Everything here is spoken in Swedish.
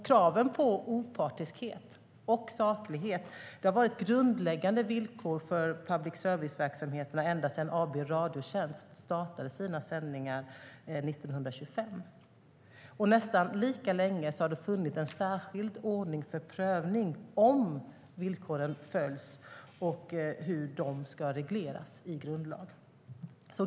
Kraven på opartiskhet och saklighet har varit grundläggande villkor för public service-verksamheterna ända sedan AB Radiotjänst startade sina sändningar 1925. Nästan lika länge har det funnits en särskild ordning för prövning av om villkoren följs och hur de ska regleras i grundlag.